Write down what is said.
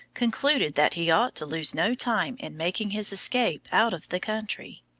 concluded that he ought to lose no time in making his escape out of the country.